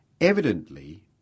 Evidently